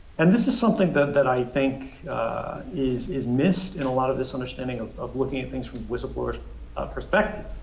and this is something that that i think is is missed in a lot of this understanding of of looking at things from whistleblowers perspective.